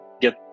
get